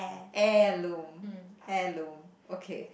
heirloom heirloom okay